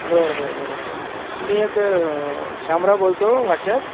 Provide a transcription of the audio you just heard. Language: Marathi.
बरं बरं बरं बरं मी आता शामराव बोलतो वाचक